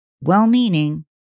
Well-meaning